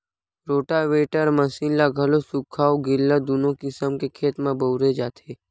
rotavator machine ल घलो सुख्खा अउ गिल्ला दूनो किसम के खेत म बउरे जाथे